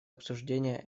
обсуждения